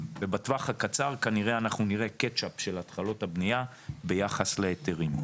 ובטווח הקצר כנראה אנחנו נראה קאטצ'אפ של התחלות הבנייה ביחס להיתרים.